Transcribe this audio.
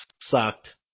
sucked